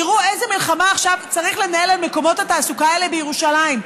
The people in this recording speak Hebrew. תראו איזו מלחמה עכשיו צריך לנהל על מקומות התעסוקה האלה בירושלים.